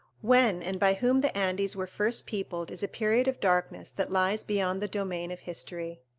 when and by whom the andes were first peopled is a period of darkness that lies beyond the domain of history.